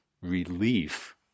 relief